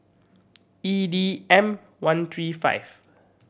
E D M One three five